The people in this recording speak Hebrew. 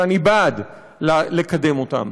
שאני בעד לקדם אותו,